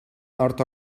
nord